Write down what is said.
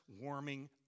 warming